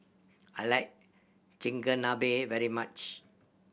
I like Chigenabe very much